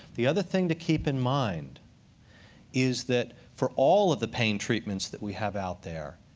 the other thing to keep in mind is that for all of the pain treatments that we have out there,